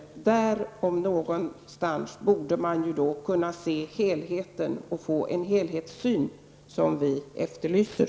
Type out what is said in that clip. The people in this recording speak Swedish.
Inom denna utredning, om någonstans, borde man ju kunna se helheten och få den helhetssyn som vi efterlyser.